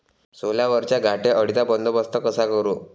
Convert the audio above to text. सोल्यावरच्या घाटे अळीचा बंदोबस्त कसा करू?